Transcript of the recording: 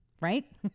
right